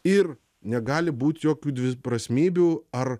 ir negali būt jokių dviprasmybių ar